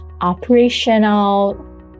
operational